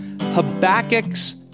Habakkuk's